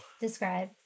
Describe